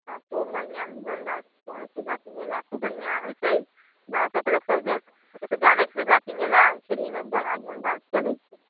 हँ खुब बढ़िआँ से धूमधाम से शिवरात्रि मेला खूब बढ़िआँ होइछै गाँव सबके लोक सब जऽ ओ सब तऽ जानैत छथिन शिवरात्रि मेला खेड़ीमे बड़ा धूमधाम से चलैत छै